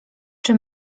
czy